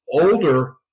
older